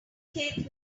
keith